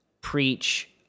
preach